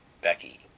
Becky